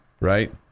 right